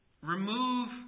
remove